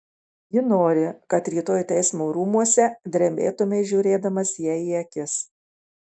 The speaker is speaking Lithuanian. ji nori kad rytoj teismo rūmuose drebėtumei žiūrėdamas jai į akis